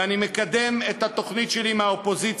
ואני מקדם את התוכנית שלי עם האופוזיציה,